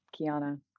Kiana